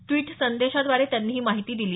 tweet संदेशाद्वारे त्यांनी ही माहिती दिली